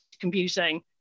computing